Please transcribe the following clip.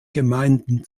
gemeinden